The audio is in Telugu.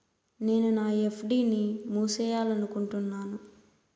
నేను నా ఎఫ్.డి ని మూసేయాలనుకుంటున్నాను